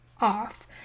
off